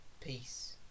Peace